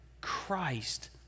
Christ